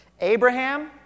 Abraham